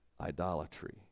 idolatry